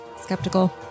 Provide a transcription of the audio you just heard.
skeptical